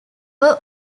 were